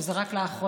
שזה רק לאחרונה,